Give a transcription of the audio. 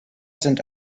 sind